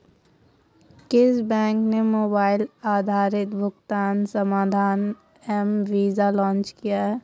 किस बैंक ने मोबाइल आधारित भुगतान समाधान एम वीज़ा लॉन्च किया है?